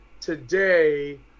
today